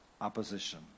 opposition